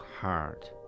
hard